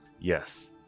Yes